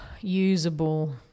Usable